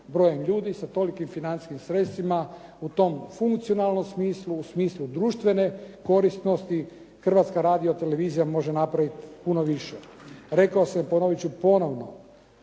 brojem ljudi sa tolikim financijskim sredstvima u tom funkcionalnom smislu, u smislu društvene korisnosti Hrvatska radiotelevizija može napraviti puno više. Rekao sam i ponovit ću ponovo,